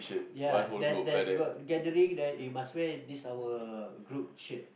ya there's there's got gathering then you must wear this our group shirt